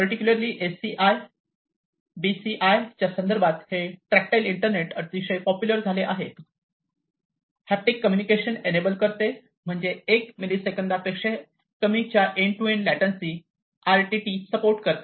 particularly HCI BCI च्या संदर्भात हे ट्रॅक्टटाईल इंटरनेट अतिशय पॉप्युलर झाले आहे हॅप्टिक कम्युनिकेशन एनएबल करते म्हणजे 1 मिलिसेकंदपेक्षा कमीच्या end to end latency RTT support करते